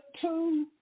two